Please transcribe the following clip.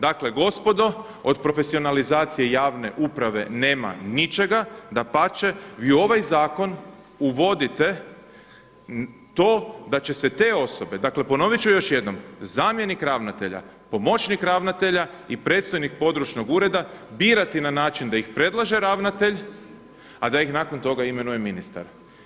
Dakle, gospodo, od profesionalizacije javne uprave nema ničega, dapače, vi u ovaj zakon uvodite to da će se te osobe, dakle, ponovit ću još jednom: zamjenik ravnatelja, pomoćnik ravnatelja i predstojnik područnog ureda birati na način da ih predlaže ravnatelj, a da ih nakon toga imenuje ministar.